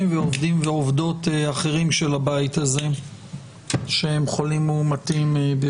ועובדים ועובדות אחרים של הבית הזה שהם חולים מאומתים.